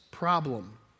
problem